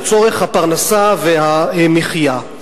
לצורך הפרנסה והמחיה.